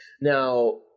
now